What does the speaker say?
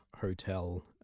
Hotel